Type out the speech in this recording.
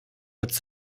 votre